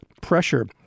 pressure